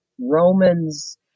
Romans